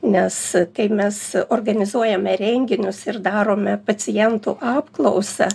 nes kai mes organizuojame renginius ir darome pacientų apklausą